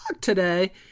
today